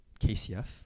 KCF